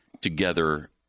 together